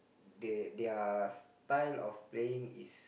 the their style of playing is